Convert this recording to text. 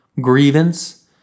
grievance